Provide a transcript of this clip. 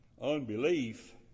unbelief